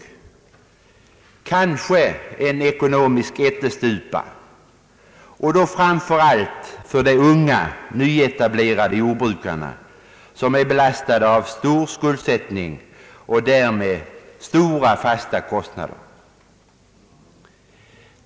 De kommer kanske att bli en ekonomisk ättestupa framför allt för de unga nyetablerade jordbrukarna, vilka är belastade med stora skulder och alltså har stora, fasta kostnader.